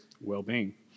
well-being